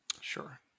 Sure